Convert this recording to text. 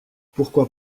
pourquoi